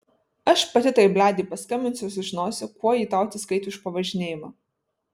aš pati tai bledei paskambinsiu ir sužinosiu kuo ji tau atsiskaitė už pavažinėjimą